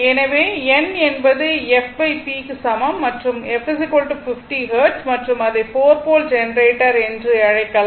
எனவே n என்பது fp க்கு சமம் மற்றும் f 50 ஹெர்ட்ஸ் மற்றும் அதை 4 போல் ஜெனரேட்டர் என்று அழைக்கலாம்